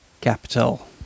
Capital